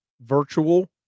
virtual